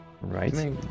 Right